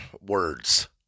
words